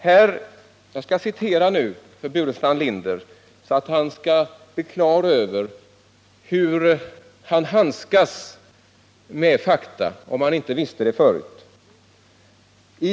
Jag skall citera för Staffan Burenstam Linder, så att han — om han inte visste det förut — blir på det klara med hur han handskas med fakta.